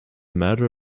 matter